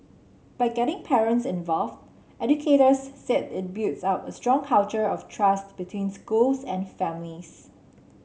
by getting parents involved educators said it builds up a strong culture of trust between schools and families